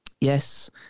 Yes